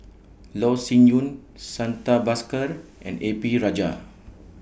Loh Sin Yun Santha Bhaskar and A P Rajah